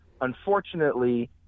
Unfortunately